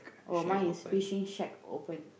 oh mine is fishing shack open